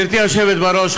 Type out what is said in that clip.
גברתי היושבת בראש,